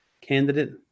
candidate